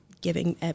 Giving